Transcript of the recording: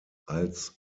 als